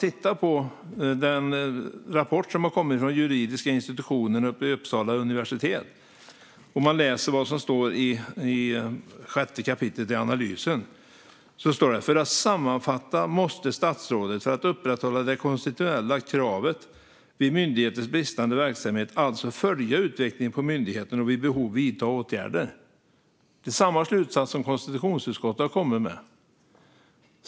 I en rapport från juridiska institutionen vid Uppsala universitet står det, i sjätte kapitlet i analysen: "För att sammanfatta måste statsrådet, för att upprätthålla det konstitutionella kravet, vid myndigheters bristande verksamhet alltså följa utvecklingen på myndigheten och vid behov vidta åtgärder." Det är samma slutsats som konstitutionsutskottet har kommit med.